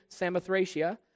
Samothracia